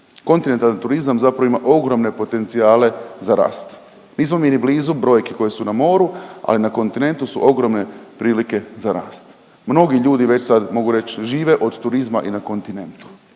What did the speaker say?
Kontinentalni turizam zapravo ima ogromne potencijale za rast. Nismo mi ni blizu brojki koje su na moru, ali na kontinentu su ogromne prilike za rast. Mnogi ljudi već sad, mogu reći, žive od turizma i na kontinentu